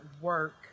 work